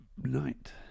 night